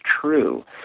true